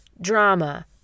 drama